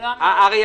הרי